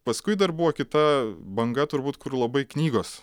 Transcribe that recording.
paskui dar buvo kita banga turbūt kur labai knygos